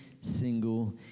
single